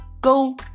go